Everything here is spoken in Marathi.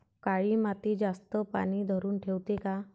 काळी माती जास्त पानी धरुन ठेवते का?